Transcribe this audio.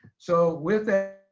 so with that,